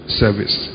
service